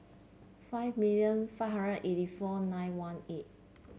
five million five hundred eighty four nine one eight